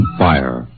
fire